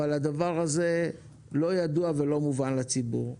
אבל הדבר הזה לא ידוע ולא מובן לציבור.